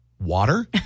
water